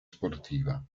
sportiva